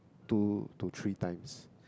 two to three times